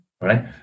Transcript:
right